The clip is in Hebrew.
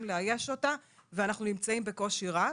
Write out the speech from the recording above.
לאייש אותה ואנחנו נמצאים בקושי רב.